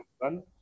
done